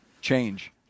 change